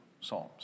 psalms